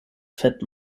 fett